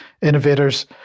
innovators